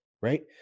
right